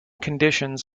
conditions